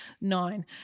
nine